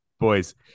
boys